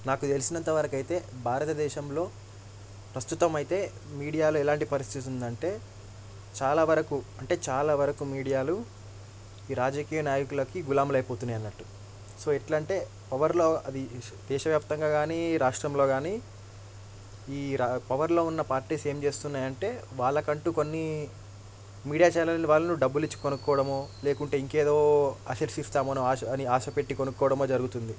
నాకు తెలిసినంతవరకు అయితే భారతదేశంలో ప్రస్తుతం అయితే మీడియాలో ఎలాంటి పరిస్థితి ఉందంటే చాలావరకు అంటే చాలా వరకు మీడియాలు రాజకీయ నాయకులకి గులాంలు అయిపోతున్నట్టు సో ఎట్లా అంటే పవర్లో అది దేశవ్యాప్తంగా గానీ రాష్ట్రంలో గానీ ఈ పవర్లో ఉన్న పార్టీస్ ఏం చేస్తున్నాయంటే వాళ్ళకంటూ కొన్ని మీడియా ఛానల్ వాళ్ళు డబ్బులిచ్చి కొనుక్కోవడమో లేకుంటే ఇంకేదో అసట్స్ ఇస్తామనో అని ఆశపెట్టి కొనుక్కోవడమో జరుగుతుంది